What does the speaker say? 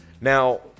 Now